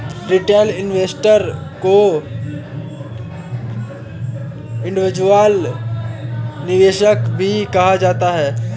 retail investor को individual निवेशक भी कहा जाता है